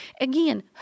Again